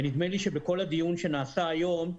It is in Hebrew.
ונדמה לי שבכל הדיון שנעשה היום,